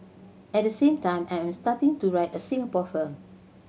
at the same time I am starting to write a Singapore film